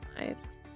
lives